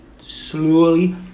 slowly